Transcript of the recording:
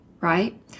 right